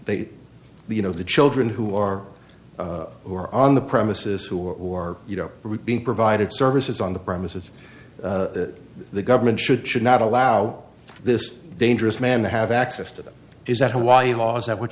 they you know the children who are who are on the premises who are you know reaping provided services on the premises that the government should should not allow this dangerous man to have access to them is that hawaii was that what